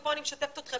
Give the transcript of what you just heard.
ופה אני משתפת אתכם,